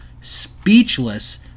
Speechless